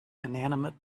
inanimate